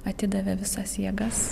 atidavė visas jėgas